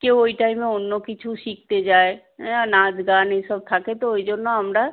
কেউ ওই টাইমে অন্য কিছু শিখতে যায় নাচ গান এই সব থাকে তো ওই জন্য আমরা